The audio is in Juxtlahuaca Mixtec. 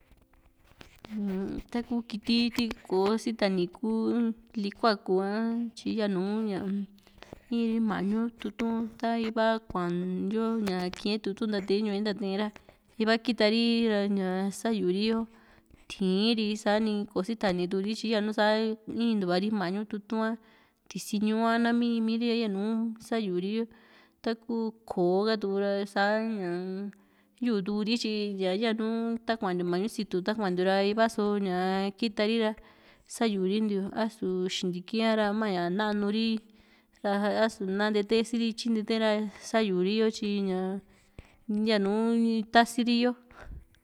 taku kiti kò´o sitani ku likuaku ha tyi yanu ña iiri mañu tutu´n ta iva kuayo kii´n yo tutu´n ntatayo ñu´u e ntatae ra iva kitari ra Sayuri yo ti´ín ri sa´ni kò´o sitani tu´ri tyi yanu sa intuuvari mañu tutu´n a tisi ñuu a nami iimiri ra yanu Sayuri yo taku koo ha tukura sa ña yuu´ti ri tyi ya nu takuantiu mañu situ kuantiu ra iva so ña kitari ra sayurintiu asu xintiki a´ra ña ñaa nanuri asu na nteetae si´ri ityi ntetae ra Sayuri yo tyi ña yanu tasiri yo.